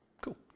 Cool